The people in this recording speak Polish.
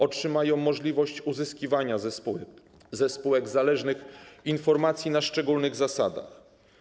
Otrzymają możliwość uzyskiwania ze spółek zależnych informacji na szczególnych zasadach.